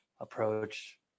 approach